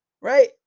Right